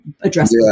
address